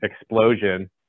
explosion